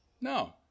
No